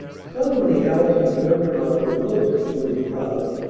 suddenly allison turned around, and looked at julia cloud,